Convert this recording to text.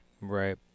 Right